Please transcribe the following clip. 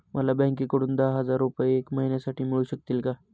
मला बँकेकडून दहा हजार रुपये एक महिन्यांसाठी मिळू शकतील का?